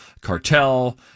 cartel